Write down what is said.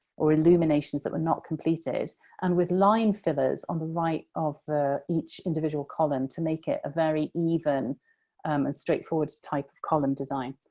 or illuminations that were not completed and with line fillers on the right of each individual column to make it a very even um and straightforward type of column design.